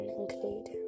include